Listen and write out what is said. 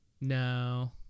no